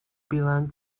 bilang